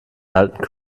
halten